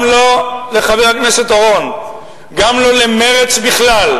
גם לא לחבר הכנסת אורון, גם לא למרצ בכלל.